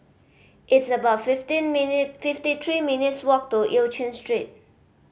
it's about fifty minute fifty three minutes' walk to Eu Chin Street